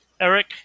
Eric